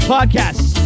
Podcasts